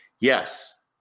yes